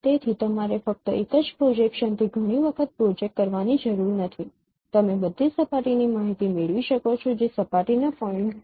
તેથી તમારે ફક્ત એક જ પ્રોજેક્શન થી ઘણી વખત પ્રોજેક્ટ કરવાની જરૂર નથી તમે બધી સપાટીની માહિતી મેળવી શકો છો જે સપાટીના પોઇન્ટ્સ છે